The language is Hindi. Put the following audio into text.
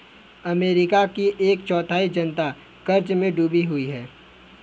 अमेरिका की एक चौथाई जनता क़र्ज़ में डूबी हुई है